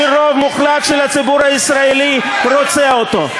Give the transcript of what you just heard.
שרוב מוחלט של הציבור הישראלי רוצה אותו.